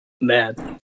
Man